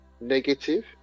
negative